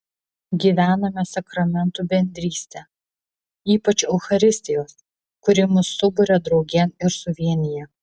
gyvename sakramentų bendrystę ypač eucharistijos kuri mus suburia draugėn ir suvienija